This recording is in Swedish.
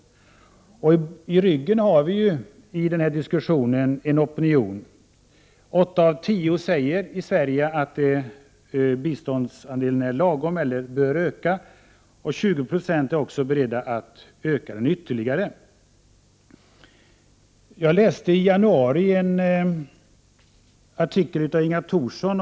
I ryggen har vi i denna diskussion en opinion. Åtta av tio invånare i Sverige säger att biståndsandelen är lagom eller bör öka, och 20 96 är också beredda att öka den ytterligare. I januari läste jag en artikel av Inga Thorsson.